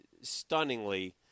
Stunningly